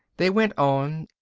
they went on.